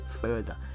further